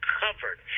covered